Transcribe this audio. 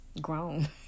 grown